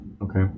okay